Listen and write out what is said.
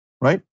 right